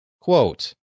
Quote